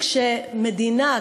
כשמדינה,